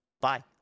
bye